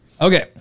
Okay